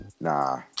nah